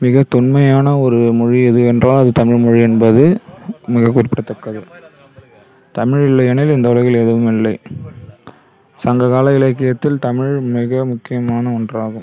மிக தொன்மையான ஒரு மொழி எது என்றால் அது தமிழ் மொழி என்பது மிக குறிப்பிடத்தக்கது தமிழ் இல்லையெனில் இந்த உலகில் எதுவும் இல்லை சங்க கால இலக்கியத்தில் தமிழ் மிக முக்கியமான ஒன்றாகும்